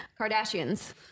Kardashians